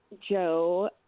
Joe